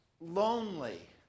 lonely